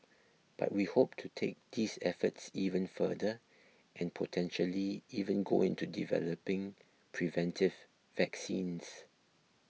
but we hope to take these efforts even further and potentially even go into developing preventive vaccines